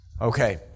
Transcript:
Okay